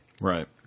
Right